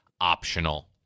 optional